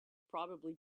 probably